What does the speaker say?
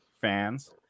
fans